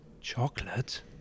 chocolate